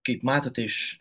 kaip matote iš